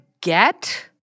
get